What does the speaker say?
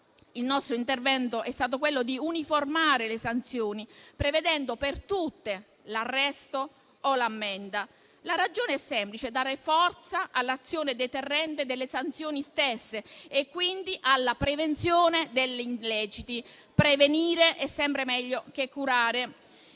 Il nostro intervento è stato quello di uniformare le sanzioni, prevedendo per tutte l'arresto o l'ammenda. La ragione è semplice: dare forza all'azione deterrente delle sanzioni stesse e quindi alla prevenzione degli illeciti. Prevenire è sempre meglio che curare.